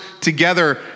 together